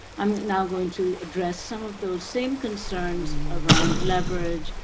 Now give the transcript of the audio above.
i'm now going to address some of those same concerns around leverage,